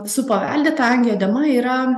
su paveldėta angioedema yra